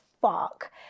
fuck